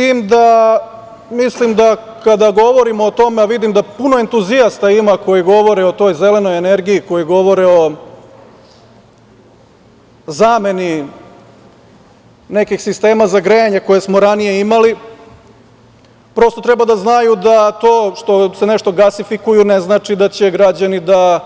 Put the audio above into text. Ali, kada govorimo o tome, a vidim da puno entuzijasta ima koji govore o toj zelenoj energiji, koji govore o zameni nekih sistema za grejanje koje smo ranije imali, prosto treba da znaju da to što se nešto gasifikuje ne znači da će građani da